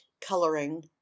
Coloring